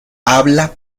habla